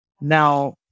now